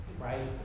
Right